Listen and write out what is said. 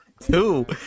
two